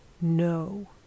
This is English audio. no